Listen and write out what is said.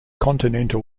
continental